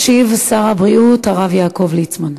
ישיב שר הבריאות הרב יעקב ליצמן.